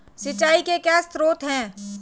सिंचाई के क्या स्रोत हैं?